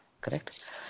correct